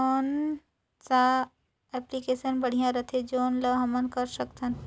कौन सा एप्लिकेशन बढ़िया रथे जोन ल हमन कर सकथन?